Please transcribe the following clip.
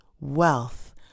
wealth